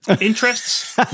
Interests